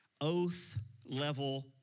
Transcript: oath-level